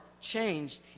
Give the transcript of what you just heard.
changed